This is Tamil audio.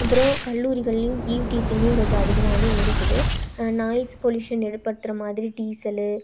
அப்புறம் கல்லூரிகள்லேயும் ஈவ்டீசிங்கும் கொஞ்சம் அதிகமாகவே இருக்குது நாயிஸ் பொல்யூசன் ஏற்படுத்துகிற மாதிரி டீசலு